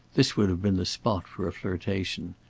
this would have been the spot for a flirtation,